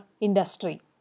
industry